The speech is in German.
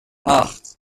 acht